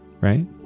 right